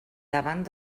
davant